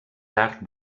tard